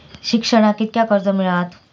शिक्षणाक कीतक्या कर्ज मिलात?